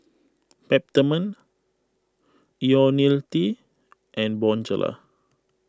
Peptamen Ionil T and Bonjela